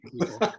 people